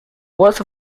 worlds